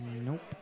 Nope